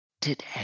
today